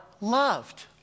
loved